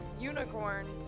unicorns